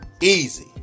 easy